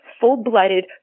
full-blooded